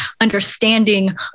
understanding